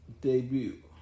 Debut